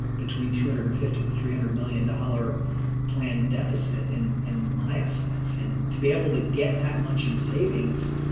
between two hundred and fifty to three hundred million dollar plan deficit in in my estimates. and to be able to get that much in savings.